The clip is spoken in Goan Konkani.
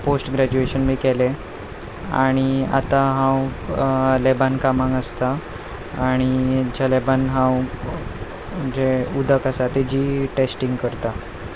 पोस्ट ग्रेज्यूएशन बी केलें आनी आतां हांव लॅबांत कामाक आसता आनी आमच्या लॅबांत हांव जें उदक आसा ताची टेस्टिंग करता